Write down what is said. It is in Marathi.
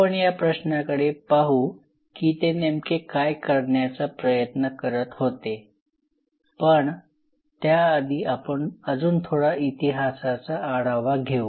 आपण या प्रश्नाकडे पाहू की ते नेमके काय करण्याचा प्रयत्न करत होते पण त्याआधी आपण अजून थोडा इतिहासाचा आढावा घेऊ